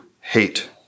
hate